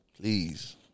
Please